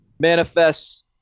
manifests